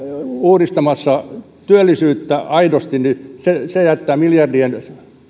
uudistamassa työllisyyttä aidosti niin se jättää miljardien